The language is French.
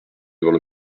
devant